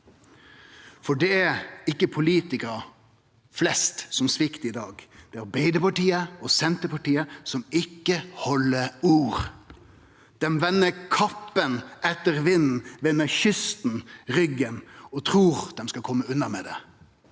dag. Det er ikkje politikarar flest som sviktar i dag, det er Arbeidarpartiet og Senterpartiet som ikkje held ord. Dei vender kappa etter vinden, vender kysten ryggen og trur dei skal kome unna med det.